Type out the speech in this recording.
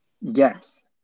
Yes